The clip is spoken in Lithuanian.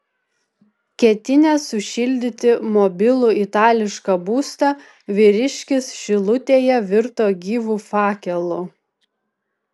ketinęs sušildyti mobilų itališką būstą vyriškis šilutėje virto gyvu fakelu